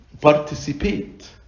participate